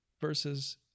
versus